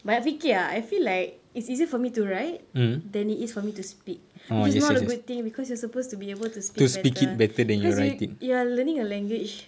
banyak fikir ah I feel like it's easier for me to write then it is for me to speak which is not a good thing because you're supposed to be able to speak better because you're learning a language